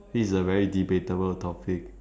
this is a very debatable topic